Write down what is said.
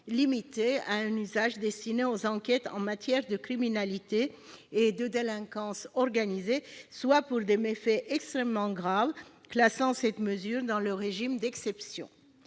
limité à un usage destiné aux enquêtes en matière de criminalité et de délinquance organisées, soit pour des méfaits extrêmement graves classant cette mesure dans le régime d'exception.